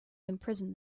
imprison